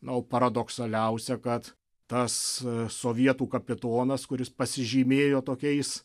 na o paradoksaliausia kad tas sovietų kapitonas kuris pasižymėjo tokiais